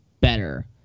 better